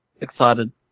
excited